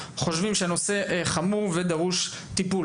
חושבים שמדובר בנושא חמור שדורש טיפול.